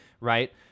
right